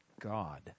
God